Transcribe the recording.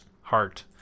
Heart